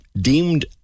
Deemed